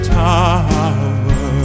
tower